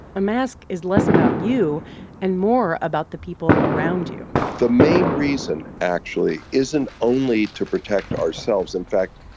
a mask is less about you and more about the people around you the main reason actually isn't only to protect ourselves. in fact,